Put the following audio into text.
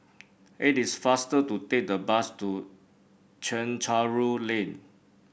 it is faster to take the bus to Chencharu Lane